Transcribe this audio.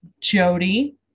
Jody